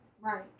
Right